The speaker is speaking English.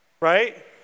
Right